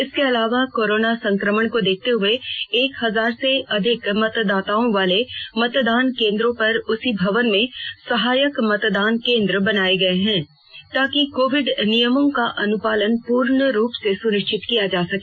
इसके अलावा कोरोना संक्रमण को देखते हए एक हजार से अधिक मतदाताओं वाले मतदान केंद्र पर उसी भवन में सहायक मतदान केन्द्र बनाये गये हैं ताकि कोविड नियमों का अनुपालन पूर्ण रूप से सुनिश्चित किया जा सके